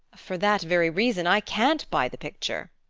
for that very reason i can't buy the picture.